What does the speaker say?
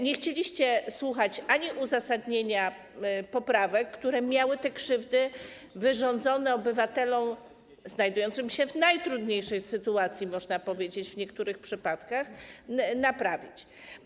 Nie chcieliście słuchać uzasadnienia poprawek, które miały te krzywdy wyrządzone obywatelom znajdującym się w najtrudniejszej sytuacji w niektórych przypadkach naprawić.